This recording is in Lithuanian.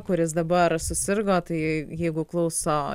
kuris dabar susirgo tai jeigu klauso